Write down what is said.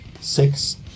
six